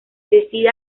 decide